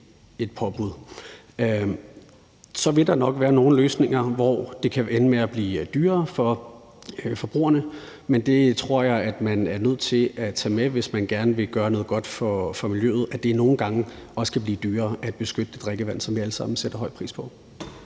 Så vil der nok være nogle løsninger, som kan ende med at blive dyrere for forbrugerne, men det tror jeg man er nødt til at tage med, hvis man gerne vil gøre noget godt for miljøet, altså at det nogle gange også kan blive dyrere at beskytte det drikkevand, som vi alle sammen sætter stor pris på.